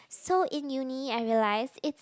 so in uni I realise it